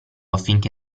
affinché